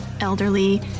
elderly